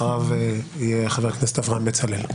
אחריו חבר הכנסת אברהם בצלאל.